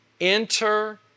enter